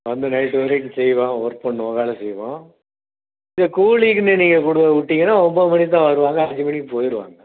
வந்து நைட்டு வரைக்கு செய்வோம் வொர்க் பண்ணுவோம் வேலை செய்வோம் இல்லை கூலிக்குன்னு நீங்கள் கொண்டு விட்டிங்கனா ஒம்பது மணிக்கு தான் வருவாங்க அஞ்சு மணிக்கு போயிருவாங்க